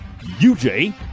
UJ